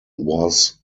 was